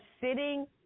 sitting